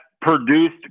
produced